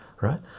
right